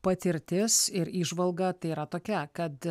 patirtis ir įžvalga tai yra tokia kad